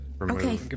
okay